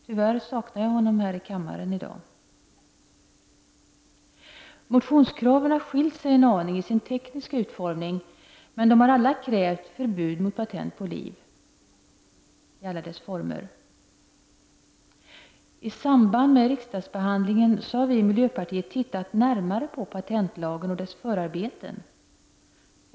Tyvärr saknar jag honom här i kammaren i dag. Motionskraven har skilt sig en aning i sin tekniska utformning, men motionerna har alla krävt förbud mot patent på liv, i alla dess former. I samband med riksdagsbehandlingen har vi i miljöpartiet tittat närmare på patentlagen och dess förarbeten.